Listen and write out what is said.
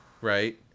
right